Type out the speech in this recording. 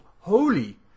holy